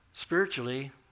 Spiritually